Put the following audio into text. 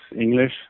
English